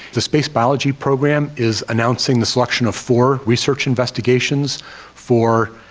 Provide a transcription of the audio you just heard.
the space biology program is announcing the selection of four research investigations for,